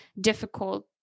difficult